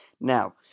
Now